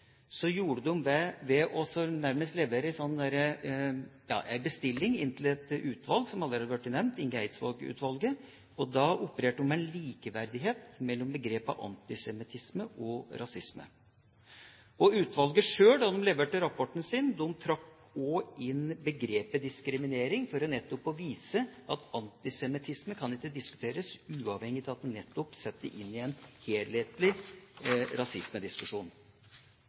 gjorde de det ved nærmest å levere en bestilling til et utvalg som allerede har blitt nevnt, Inge Eidsvåg-utvalget. Da opererte de med likeverdighet mellom begrepene «antisemittisme» og «rasisme». Utvalget sjøl, da de leverte rapporten sin, trakk også inn begrepet «diskriminering» for nettopp å vise at antisemittisme ikke kan diskuteres uavhengig av at man setter det inn i en helhetlig